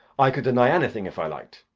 i could deny anything if i liked.